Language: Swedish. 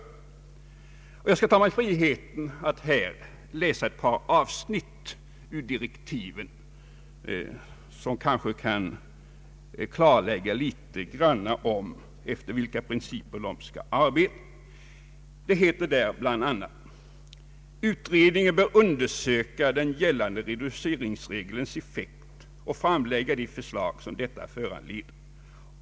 Jag tar mig friheten att läsa ett par avsnitt ur direktiven som något klarlägger efter vilka principer man skall arbeta. Det heter där bl.a.: ”Utredningen bör undersöka den gällande reduceringsregelns effekt och framlägga de förslag som detta föranleder.